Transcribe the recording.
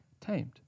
tamed